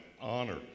Honor